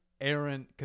Aaron